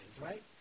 right